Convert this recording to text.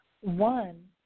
One